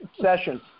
session